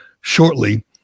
shortly